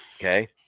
Okay